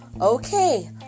Okay